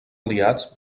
aliats